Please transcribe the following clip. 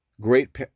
Great